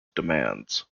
demands